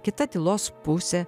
kita tylos pusė